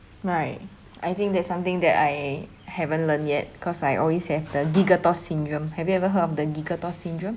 right I think there's something that I haven't learned yet cause I always have the syndrome have you ever heard of the syndrome